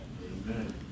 Amen